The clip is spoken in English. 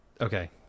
Okay